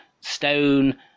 stone